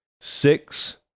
six